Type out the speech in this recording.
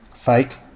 Fake